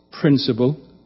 principle